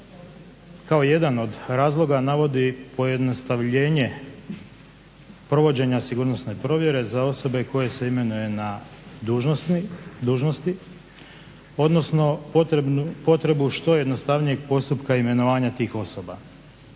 kao jedan od razloga navodi pojednostavljenje provođenja sigurnosne provjere za osobe koje se imenuje na dužnosti. Odnosno potrebu što jednostavnijeg postupka imenovanja tih osoba.